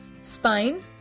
Spine